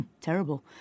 terrible